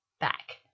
back